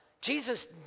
Jesus